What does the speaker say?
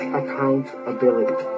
accountability